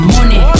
Money